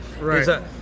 Right